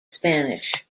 spanish